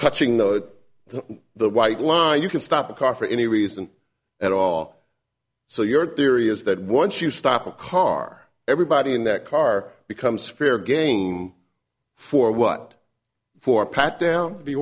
touching though that the white line you can stop a car for any reason at all so your theory is that once you stop a car everybody in that car becomes fair game for what for patdown t